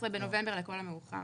14 בנובמבר לכל המאוחר.